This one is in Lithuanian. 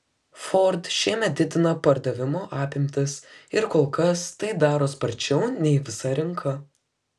ford šiemet didina pardavimo apimtis ir kol kas tai daro sparčiau nei visa rinka